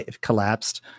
collapsed